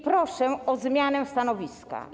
Proszę o zmianę stanowiska.